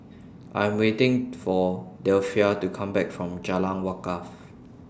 I Am waiting For Delphia to Come Back from Jalan Wakaff